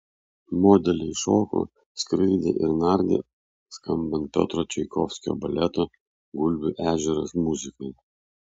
modeliai šoko skraidė ir nardė skambant piotro čaikovskio baleto gulbių ežeras muzikai